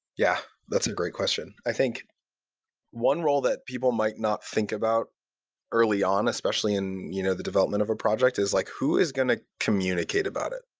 yeah, that's a great question. i think one role that people might not think about early on, especially in you know the development of a project, is like who is going to communicate about it?